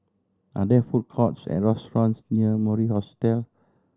are there food courts or restaurants near Mori Hostel